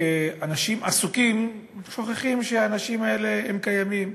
כאנשים עסוקים, שוכחים שהאנשים האלה קיימים,